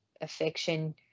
affection